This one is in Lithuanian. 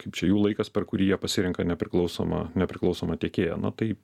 kaip čia jų laikas per kurį jie pasirenka nepriklausomą nepriklausomą tiekėją na tai